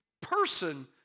person